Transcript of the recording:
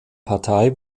partei